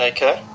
Okay